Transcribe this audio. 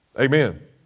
Amen